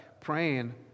praying